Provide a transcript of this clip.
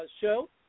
show